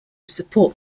support